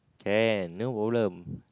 can no problem